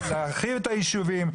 להרחיב את היישובים,